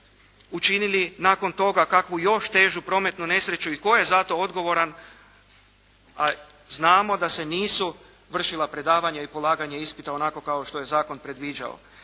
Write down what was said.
učinili nakon toga kakvu još težu prometnu nesreću i tko je za to odgovoran, a znamo da se nisu vršila predavanja i polaganje ispita onako kao što je zakon predviđao.